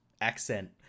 accent